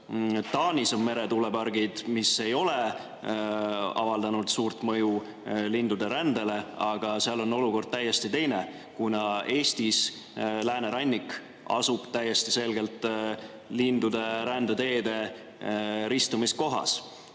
Taanis on meretuulepargid, mis ei ole avaldanud suurt mõju lindude rändele. Aga seal on olukord täiesti teine, kuna Eesti läänerannik asub täiesti selgelt lindude rändeteede ristumiskohas.